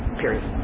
period